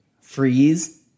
freeze